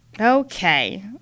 Okay